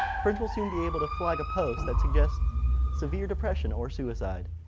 friends will soon be able to flag a post that suggests severe depression or suicide.